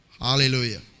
Hallelujah